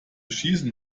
schießen